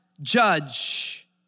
judge